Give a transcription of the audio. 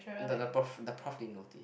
the the prof the prof didn't notice